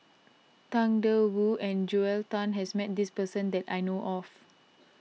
Tang Da Wu and Joel Tan has met this person that I know of